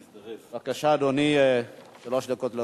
בבקשה, לרשותך שלוש דקות.